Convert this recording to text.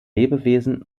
lebewesen